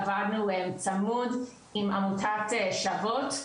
עבדנו צמוד עם עמותת "שוות",